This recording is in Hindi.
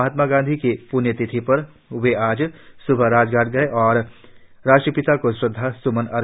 महात्मा गांधी की प्ण्यतिथि पर वे आज स्बह राजघाट गये और राष्ट्रपिता को श्रद्वा स्मन अर्पित किये